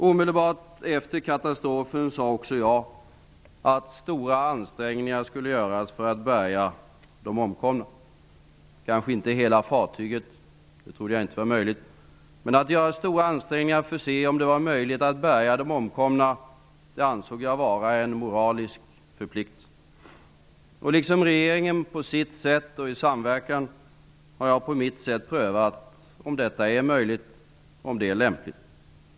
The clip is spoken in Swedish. Omedelbart efter katastrofen sade också jag att stora ansträngningar skulle göras för att bärga de omkomna. Kanske inte hela fartyget, det trodde jag inte var möjligt. Men att man skulle göra stora ansträngningar för att se om det var möjligt att bärga de omkomna, det ansåg jag vara en moralisk förpliktelse. Liksom regeringen på sitt sätt och i samverkan har prövat har jag på mitt sätt prövat om detta är möjligt, om det är lämpligt.